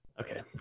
Okay